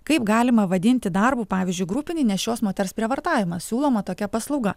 kaip galima vadinti darbu pavyzdžiui grupinį nėščios moters prievartavimą siūloma tokia paslauga